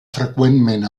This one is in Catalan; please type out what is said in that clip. freqüentment